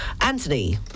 Anthony